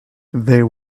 there